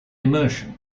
immersion